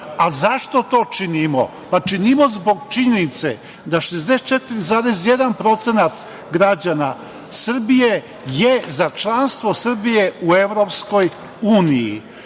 A zašto to činimo? Pa, činimo zbog činjenice da 64,1% građana Srbije je za članstvo Srbije u EU.Za partiju